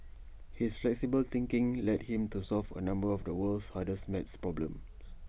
his flexible thinking led him to solve A number of the world's hardest math problems